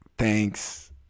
Thanks